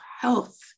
health